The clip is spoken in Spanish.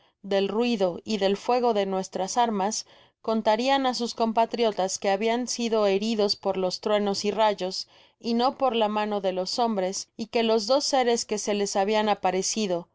del ruido y del fuego de nuestras armas contarian á sus compatriotas quehabian sido heridos por los truenos y rayos y no por la mano de los hombres y que los dos seres que se les habian aparecido